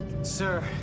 Sir